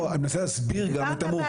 לא, אני מנסה להסביר את המורכבות.